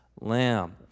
lamb